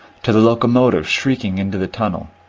to the locomotive shrieking into the tunnel,